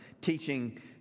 teaching